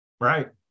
Right